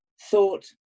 thought